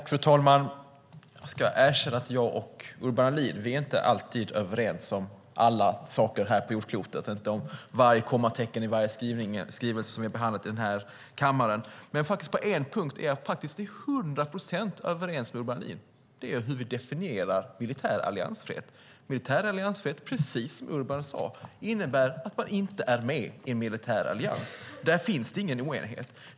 Fru talman! Jag ska erkänna att jag och Urban Ahlin inte alltid är överens om alla saker här på jordklotet. Vi är inte överens om varje kommatecken i varje skrivelse som vi har behandlat i den här kammaren, men på en punkt är jag faktiskt till 100 procent överens med Urban Ahlin, och det är hur vi definierar militär alliansfrihet. Militär alliansfrihet, precis som Urban sade, innebär att man inte är med i en militär allians. Där finns det ingen oenighet.